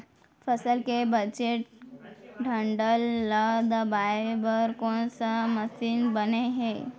फसल के बचे डंठल ल दबाये बर कोन से मशीन बने हे?